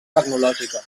tecnològica